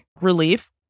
relief